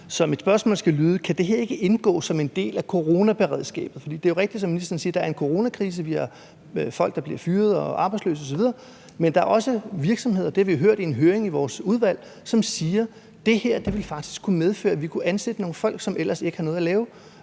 Så mit spørgsmål skal lyde: Kan det her ikke indgå som en del af coronaberedskabet? For det er jo rigtigt, som ministeren siger, at der er en coronakrise. Vi har folk, der bliver fyret og arbejdsløse osv., men der er også virksomheder – det har vi hørt i en høring i vores udvalg – som siger, at det her vil faktisk kunne medføre, at vi kunne ansætte nogle folk, som ellers ikke har noget at lave.